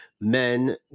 men